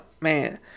man